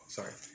Sorry